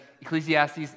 Ecclesiastes